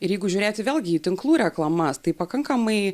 ir jeigu žiūrėti vėlgi tinklų reklamas tai pakankamai